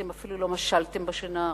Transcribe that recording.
אתם אפילו לא משלתם בשנה הראשונה,